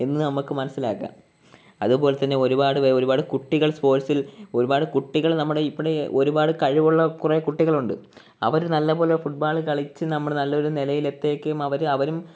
എന്ന് നമുക്ക് മനസ്സിലാക്കാം അതുപോലെതന്നെ ഒരുപാട് ഒരുപാട് കുട്ടികൾ സ്പോർട്സിൽ ഒരുപാട് കുട്ടികൾ നമ്മുടെ ഇവിടെ ഒരുപാട് കഴിവുള്ള കുറെ കുട്ടികളുണ്ട് അവർ നല്ലപോലെ ഫുട്ബോൾ കളിച്ച് നമ്മൾ നല്ലൊരു നിലയിൽ എത്തുകയും അവരവരും